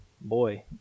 boy